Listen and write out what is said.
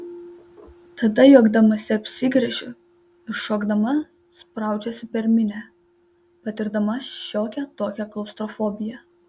tada juokdamasi apsigręžiu ir šokdama spraudžiuosi per minią patirdama šiokią tokią klaustrofobiją